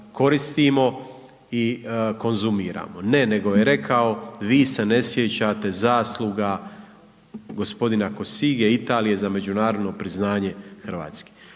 koristimo i konzumiramo. Ne nego je rekao vi se ne sjećate zasluga gospodina Cossiga, Italije za međunarodno priznanje Hrvatske.